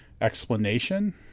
explanation